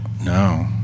No